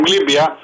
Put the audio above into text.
Libya